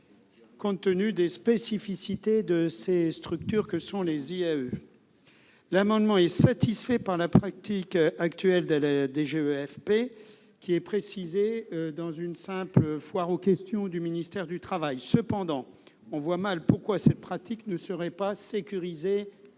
compte tenu de la spécificité de ces structures. Ces amendements sont satisfaits par la pratique actuelle de la DGEFP, qui est précisée dans une simple foire aux questions du ministère du travail. Cependant, on voit mal pourquoi cette pratique ne serait pas sécurisée juridiquement.